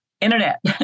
internet